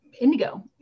indigo